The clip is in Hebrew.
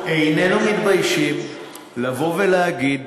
איננו מתביישים לבוא ולהגיד